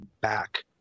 back